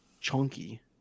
Chunky